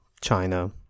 China